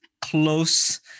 close